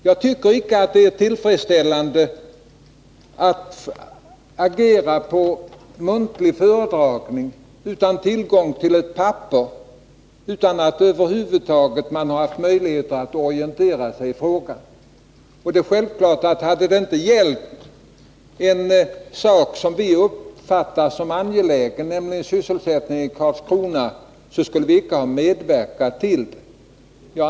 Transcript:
Jag tycker icke att det är tillfredsställande att agera på muntlig föredragning, utan tillgång till ett papper, utan att över huvud taget ha haft möjlighet att orientera sig i frågan. Och hade det inte gällt en sak som vi uppfattar som angelägen, nämligen sysselsättningen i Karlskrona, skulle vi självfallet inte ha medverkat till ett sådant här bemyndigande.